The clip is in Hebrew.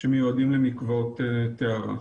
שמיועדות למקוואות הטהרה.